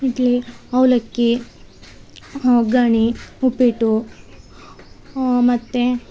ಇಡ್ಲಿ ಅವಲಕ್ಕಿ ಒಗ್ಗರ್ಣೆ ಉಪ್ಪಿಟ್ಟು ಮತ್ತು